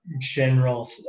general